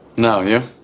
no. yeah.